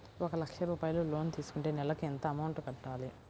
ఒక లక్ష రూపాయిలు లోన్ తీసుకుంటే నెలకి ఎంత అమౌంట్ కట్టాలి?